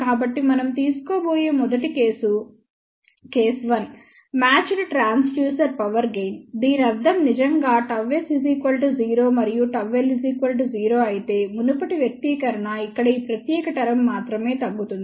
కాబట్టి మనం తీసుకోబోయే మొదటి case case 1 matched transducer power gain దీని అర్థం నిజంగా Γs 0 మరియు ΓL 0 అయితే మునుపటి వ్యక్తీకరణ ఇక్కడ ఈ ప్రత్యేక టర్మ్ మాత్రమే తగ్గుతుంది